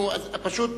אל דאגה.